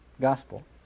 gospel